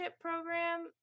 program